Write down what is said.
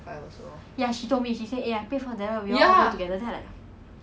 she pay for me lah